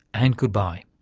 and goodbye.